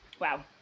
Wow